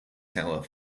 tower